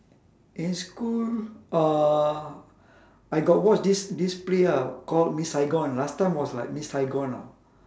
in school uh I got watch this this play ah called miss saigon last time was like miss saigon ah